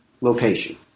location